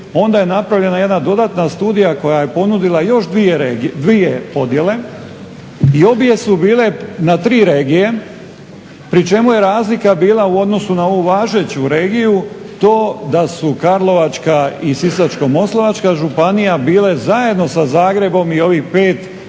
onda je napravljena jedna dodatna studija koja je ponudila još 2 podjele i obje su bile na tri regije pri čemu je razlika bila u odnosu na ovu važeću regiju to da su Karlovačka i Sisačko-moslavačka županija bile zajedno sa Zagrebom i ovih 5 županija